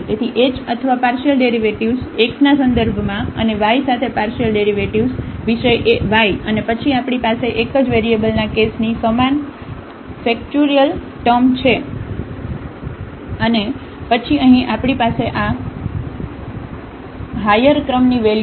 તેથી h અથવા partial derivatives x ના સંદર્ભમાં અને y સાથે પાર્શિયલડેરિવેટિવ્ઝ વિષય y અને પછી આપણી પાસે એક જ વેરિયેબલના કેસની સમાન ફેક્ટર્યુઅલ ટર્મ છે અને પછી અહીં આપણી પાસે આ હાયર ક્રમની વેલ્યુ છે